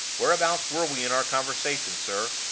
whereabouts were we in our conversation, sir?